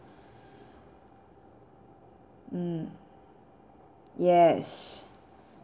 mm yes